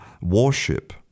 warship